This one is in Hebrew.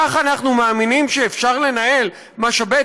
כך אנחנו מאמינים שאפשר לנהל משאבי